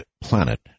planet